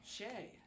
Shay